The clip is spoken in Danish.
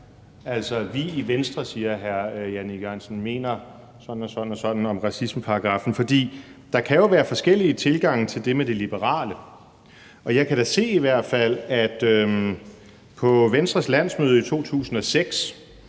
Vi i Venstre, siger hr. Jan E. Jørgensen, mener sådan og sådan om racismeparagraffen, men der kan jo være forskellige tilgange til det med det liberale. Jeg kan se, at på Venstres landsmøde i 2006